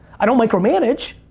i don't micromanage,